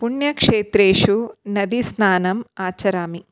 पुण्यक्षेत्रेषु नदीस्नानम् आचरामि